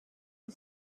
and